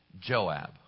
Joab